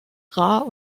rar